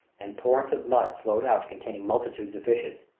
and torrents of mud flowed out containing multitudes of fishes.